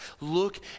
Look